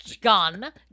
gun